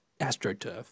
astroturf